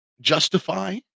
justify